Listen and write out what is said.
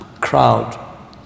crowd